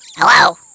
Hello